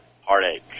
heartache